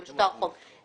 ממש בית ספר בו הם